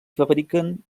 fabriquen